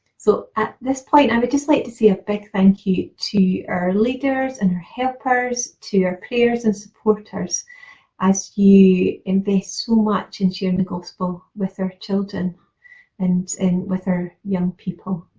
so at this point i would just like to say a big thank you to our leaders and our helpers, to our prayers and supporters as you invest so much in sharing the gospel with our children and and with our young people.